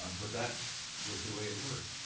um but that was the way it worked.